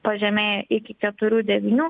pažemėja iki keturių devynių